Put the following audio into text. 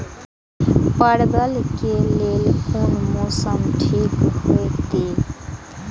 परवल के लेल कोन मौसम ठीक होते?